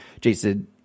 Jason